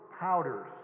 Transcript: powders